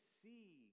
see